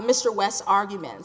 mr wes arguments